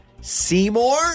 Seymour